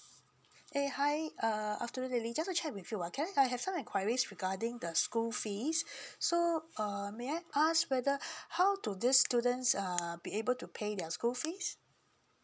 eh hi uh aftenoon lily just to check with you ah can I have some enquiries regarding the school fees so um may I ask whether how do these students err be able to pay their school fees